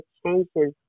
changes